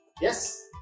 Yes